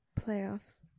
playoffs